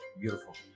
beautiful